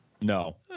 No